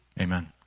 Amen